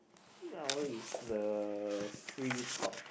now is the free talk